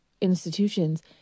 institutions